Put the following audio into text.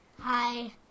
Hi